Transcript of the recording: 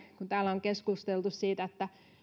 kun täällä on keskusteltu siitä